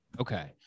Okay